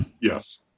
Yes